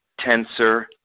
Tensor